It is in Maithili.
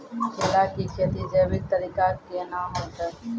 केला की खेती जैविक तरीका के ना होते?